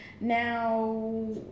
Now